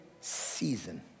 season